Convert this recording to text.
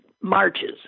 marches